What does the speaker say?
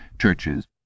Churches